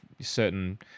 certain